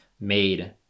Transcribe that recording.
made